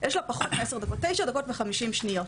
ויש לה פחות מעשר דקות, תשע דקות ו-50 שניות.